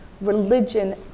religion